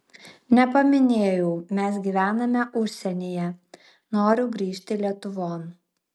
nepaminėjau mes gyvename užsienyje noriu grįžt lietuvon